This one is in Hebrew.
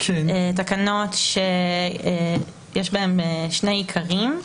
תקנות שיש בהן שני עיקרים.